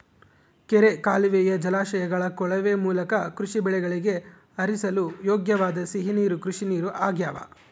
ಕೆರೆ ಕಾಲುವೆಯ ಜಲಾಶಯಗಳ ಕೊಳವೆ ಮೂಲಕ ಕೃಷಿ ಬೆಳೆಗಳಿಗೆ ಹರಿಸಲು ಯೋಗ್ಯವಾದ ಸಿಹಿ ನೀರು ಕೃಷಿನೀರು ಆಗ್ಯಾವ